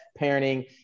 parenting